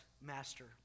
master